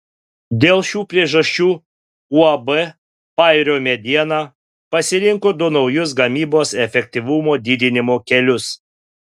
dėl šių priežasčių uab pajūrio mediena pasirinko du naujus gamybos efektyvumo didinimo kelius